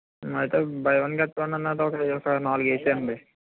అయితే buy one get one అన్నది ఒక అవి ఒక నాలుగు వేయండి